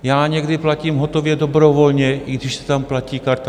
Já někdy platím hotově dobrovolně, i když tam platí karta.